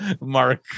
mark